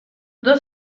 dos